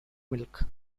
milk